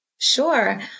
Sure